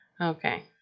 okay